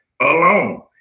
alone